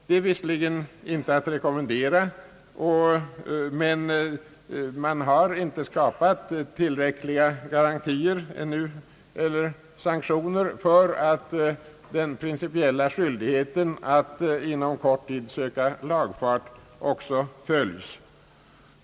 Det är visserligen inte att rekommendera, men det har ännu inte skapats tillräckliga sanktioner för att den principiella skyldigheten att inom kort tid söka lagfart också iakttas.